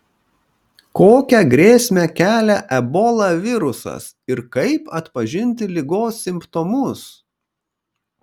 kokią grėsmę kelia ebola virusas ir kaip atpažinti ligos simptomus